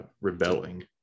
rebelling